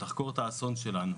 שתחקור את האסון שלנו,